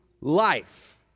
life